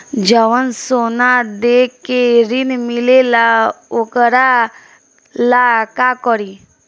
जवन सोना दे के ऋण मिलेला वोकरा ला का करी?